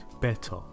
better